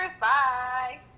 Bye